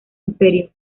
imperio